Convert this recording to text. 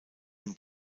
den